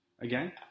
again